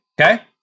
Okay